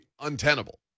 untenable